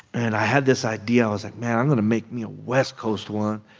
and i had this idea. i was like, man, i'm going to make me a west coast one.